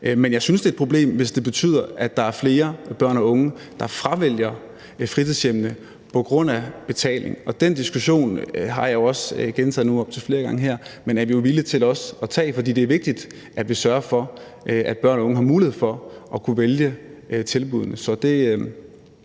Men jeg synes, det er et problem, hvis det betyder, at der er flere børn og unge, der fravælger fritidshjem på grund af betaling. Den problemstilling har jeg også drøftet flere gange her, men den diskussion er vi jo villige til at tage, for det er vigtigt, at vi sørger for, at børn og unge har mulighed for at kunne vælge tilbuddene.